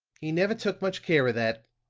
he never took much care of that.